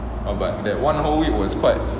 !wah! but that one whole week was quite